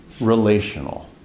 relational